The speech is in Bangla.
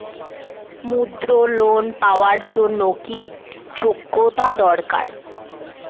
মুদ্রা লোন পাওয়ার জন্য কি যোগ্যতা দরকার?